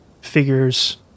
figures